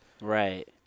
Right